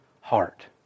heart